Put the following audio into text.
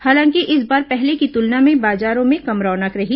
हालांकि इस बार पहले की तुलना में बाजारों में कम रौनक रही